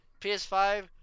PS5